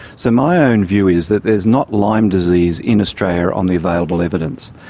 so my own view is that there is not lyme disease in australia on the available evidence.